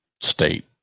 state